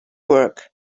work